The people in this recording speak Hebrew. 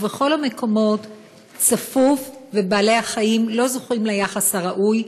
ובכל המקומות צפוף ובעלי-החיים לא זוכים ליחס הראוי,